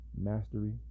mastery